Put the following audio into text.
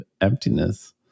emptiness